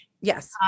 Yes